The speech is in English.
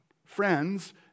Friends